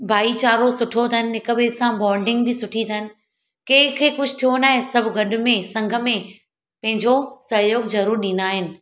भाईचारो सुठो अथनि हिक ॿिए सां बॉन्डिंग बि सुठी अथनि कंहिं खे कुझु थियो न आहे सभु गॾु में संग में पंहिंजो सहियोग ज़रूरु ॾींदा आहिनि